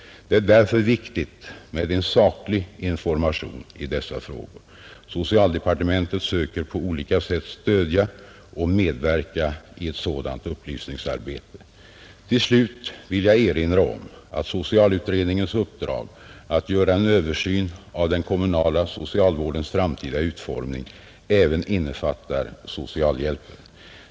Det är därför viktigt med en saklig information i dessa frågor. Socialdepartementet söker på olika sätt stödja och medverka i ett sådant upplysningsarbete. Till slut vill jag erinra om att socialutredningens uppdrag att göra en översyn av den kommunala socialvårdens framtida utformning även innefattar socialhjälpen.